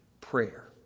prayer